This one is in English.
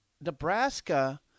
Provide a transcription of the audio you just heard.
Nebraska